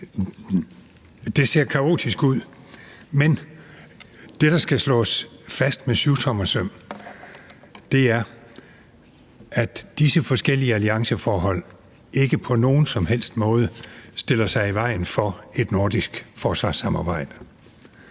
Det ser kaotisk ud, men det, der skal slås fast med syvtommersøm, er, at disse forskellige allianceforhold ikke på nogen som helst måde stiller sig i vejen for et nordisk forsvarssamarbejde.